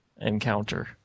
encounter